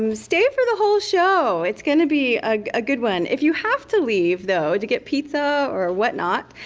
um stay for the whole show. it's going to be a good one. if you have to leave though, to get pizza or whatnot,